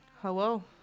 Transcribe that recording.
Hello